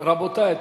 רבותי,